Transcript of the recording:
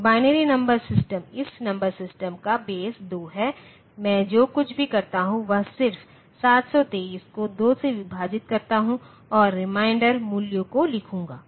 तो binary number system इस number system का बेस 2 है मैं जो कुछ भी करता हूं वह सिर्फ 723 को 2 से विभाजित करूँगा और रिमाइंडर मूल्यों को लिखूंगा